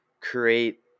create